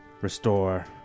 restore